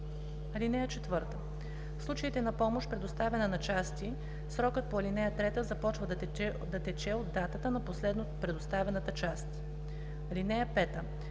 (4) В случаите на помощ, предоставяна на части, срокът по ал. 3 започва да тече от датата на последно предоставената част. (5)